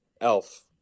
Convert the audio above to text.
Elf